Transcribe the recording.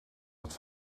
het